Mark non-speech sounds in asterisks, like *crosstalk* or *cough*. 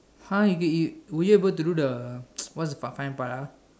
!huh! you get were you able to do the *noise* what's the part time part ah